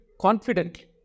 confidently